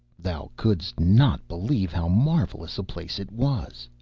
thou couldst not believe how marvellous a place it was.